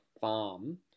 farm